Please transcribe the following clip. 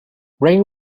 rain